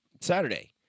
Saturday